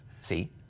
See